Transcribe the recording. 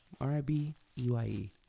R-I-B-E-Y-E